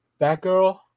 Batgirl